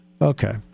Okay